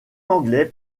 anglais